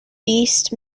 beast